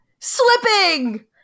slipping